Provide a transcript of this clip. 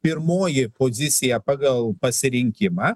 pirmoji pozicija pagal pasirinkimą